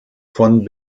von